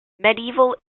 medieval